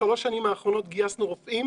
בשלוש השנים האחרונות גייסנו רופאים